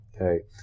Okay